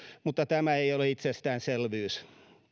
mutta tämä ei ole itsestäänselvyys